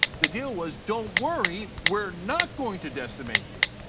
the deal was don't worry, we are not going to decimate you.